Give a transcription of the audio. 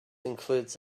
includes